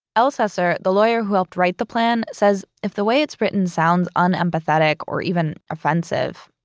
elsesser, the lawyer who helped write the plan says, if the way it's written sounds un-empathetic or even offensive,